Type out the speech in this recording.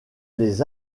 les